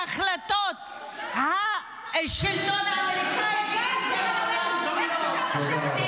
אם זה בהחלטות בית דין לצדק, תסיימי, בבקשה.